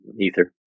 Ether